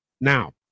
Now